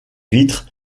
vitres